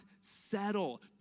settle